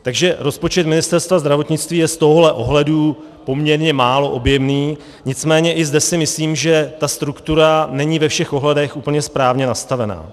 Takže rozpočet Ministerstva zdravotnictví je z tohohle ohledu poměrně málo objemný, nicméně i zde si myslím, že ta struktura není ve všech ohledech úplně správně nastavená.